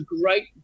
great